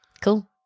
Cool